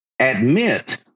admit